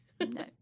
No